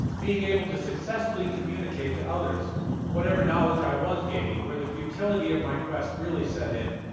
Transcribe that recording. being able to successfully communicate to others whatever knowledge i was gaining, where the futility of my quest really set in.